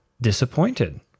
disappointed